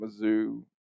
Mizzou